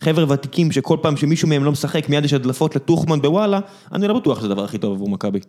חברי ותיקים שכל פעם שמישהו מהם לא משחק מיד יש הדלפות לטוחמן בוואלה, אני לא בטוח שזה הדבר הכי טוב עבור מכבי.